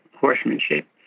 horsemanship